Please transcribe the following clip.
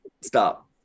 stop